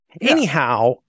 Anyhow